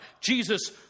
Jesus